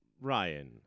Ryan